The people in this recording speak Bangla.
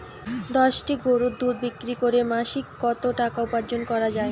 দশটি গরুর দুধ বিক্রি করে মাসিক কত টাকা উপার্জন করা য়ায়?